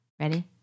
Ready